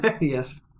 Yes